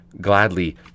gladly